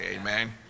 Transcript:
Amen